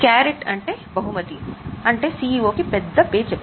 carrot అంటే పెద్ద pay check